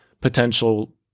potential